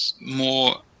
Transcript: more